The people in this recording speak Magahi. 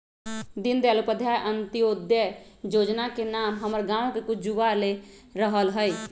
दीनदयाल उपाध्याय अंत्योदय जोजना के नाम हमर गांव के कुछ जुवा ले रहल हइ